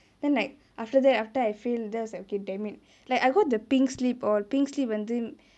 then like after that after I fail then I was like damn it like I got the pink slip all pink slip வந்து:vanthu